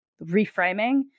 reframing